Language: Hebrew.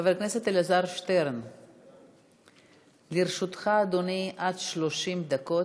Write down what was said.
חבר הכנסת אלעזר שטרן, לרשותך, אדוני, עד 30 דקות.